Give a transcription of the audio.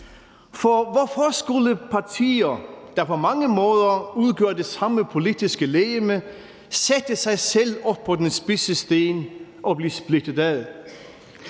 For hvorfor skulle partier, der på mange måder udgør det samme politiske legeme, sætte sig selv op på den spidse sten og blive splittet ad?